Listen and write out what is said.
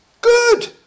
good